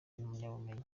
impamyabumenyi